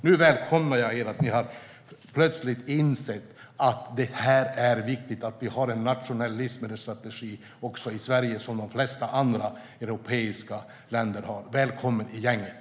Nu välkomnar jag att ni plötsligt har insett att det är viktigt att vi har en nationell livsmedelsstrategi också i Sverige som de flesta andra europeiska länder har. Välkommen i gänget!